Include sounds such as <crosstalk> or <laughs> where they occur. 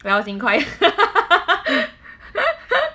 when I was in choir <laughs>